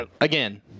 again